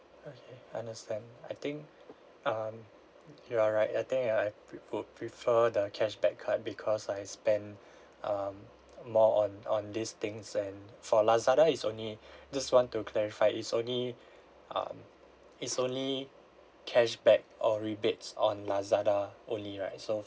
okay understand I think um you are right uh I think I would prefer the cashback card because I spent um more on on these things and for Lazada is only just want to clarify is only um it's only cashback or rebates on Lazada only right so